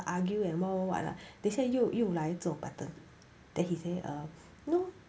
argue and what what what ah 等一下又来做 pattern then he say oh